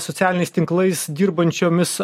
socialiniais tinklais dirbančiomis